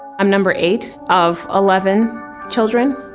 i'm number eight of eleven children.